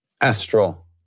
astral